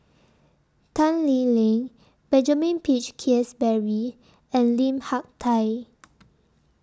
Tan Lee Leng Benjamin Peach Keasberry and Lim Hak Tai